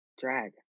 drag